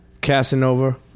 Casanova